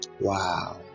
Wow